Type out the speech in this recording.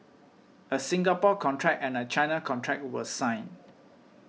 a Singapore contract and a China contract were signed